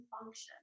function